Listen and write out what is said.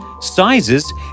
sizes